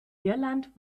irland